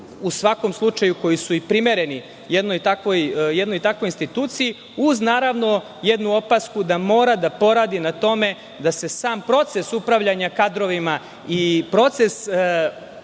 u svakom slučaju koji su primereni jednoj takvoj instituciji, uz jednu opasku da mora da poradi na tome da se sam proces upravljanja kadrovima i proces